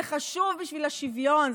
זה חשוב בשביל השוויון,